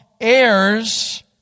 heirs